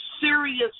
serious